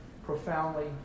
profoundly